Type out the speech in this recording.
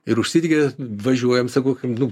ir užsidegė važiuojam sakau nu